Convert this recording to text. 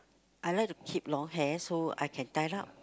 I like to keep long hair so I can tie up